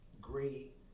great